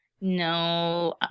No